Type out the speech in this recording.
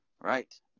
right